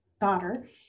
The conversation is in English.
daughter